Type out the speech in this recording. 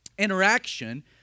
interaction